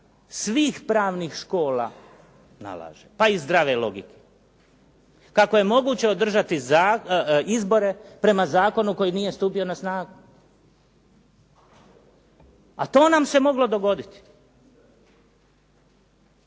svih pravnih škola nalaže, pa i zdrave logike, kako je moguće održati izbore prema zakonu koji nije stupio na snagu a to nam se moglo dogoditi.